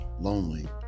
lonely